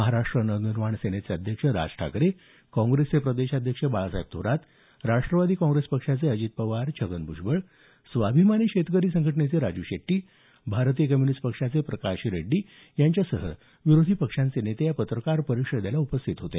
महाराष्ट्र नवनिर्माण सेनेचे अध्यक्ष राज ठाकरे काँग्रेसचे प्रदेशाध्यक्ष बाळासाहेब थोरात राष्ट्रवादी काँग्रेस पक्षाचे अजित पवार छगन भूजबळ स्वाभिमानी शेतकरी संघटनेचे राजू शेट्टी भारतीय कम्युनिस्ट पक्षाचे प्रकाश रेड्डी यांच्यासह विरोधी पक्षांचे नेते या पत्रकार परिषदेला उपस्थित होते